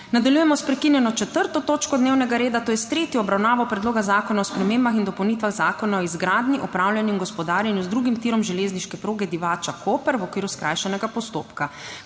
Nadaljujemo s prekinjeno 4. točko dnevnega reda, to je s tretjo obravnavo Predloga zakona o spremembah in dopolnitvah Zakona o izgradnji, upravljanju in gospodarjenju z drugim tirom železniške proge Divača–Koper v okviru skrajšanega postopka.